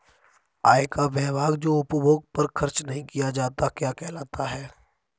आय का वह भाग जो उपभोग पर खर्च नही किया जाता क्या कहलाता है?